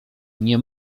nie